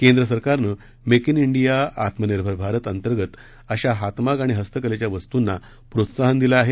केंद्र सरकारनं make in ििया आत्मनिर्भर भारत अंतर्गत अशा हातमाग आणि हस्तकलेच्या वस्तूना प्रोत्साहन दिलं आहे